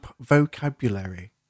vocabulary